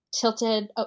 tilted